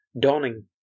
dawning